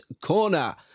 corner